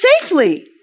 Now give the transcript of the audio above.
safely